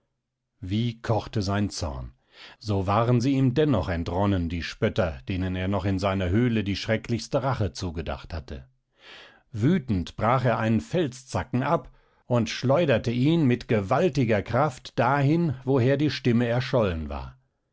wie kochte sein zorn so waren sie ihm dennoch entronnen die spötter denen er noch in seiner höhle die schrecklichste rache zugedacht hatte wütend brach er einen felszacken ab und schleuderte ihn mit gewaltiger kraft dahin woher die stimme erschollen war